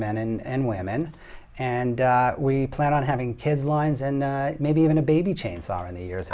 men and women and we plan on having kids lines and maybe even a baby chainsaw in the years